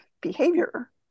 behavior